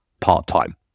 part-time